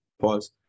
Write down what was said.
pause